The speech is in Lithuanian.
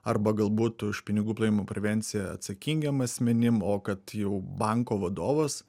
arba galbūt už pinigų plovimo prevenciją atsakingiems asmenims o kad jau banko vadovas